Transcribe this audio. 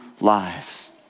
lives